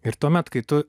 ir tuomet kai tu